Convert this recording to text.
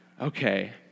okay